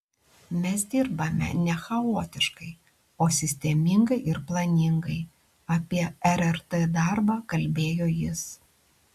mes dirbame ne chaotiškai o sistemingai ir planingai apie rrt darbą kalbėjo jis